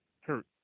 hurt